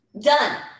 Done